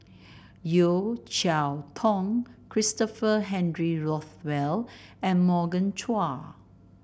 Yeo Cheow Tong Christopher Henry Rothwell and Morgan Chua